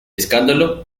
escándalo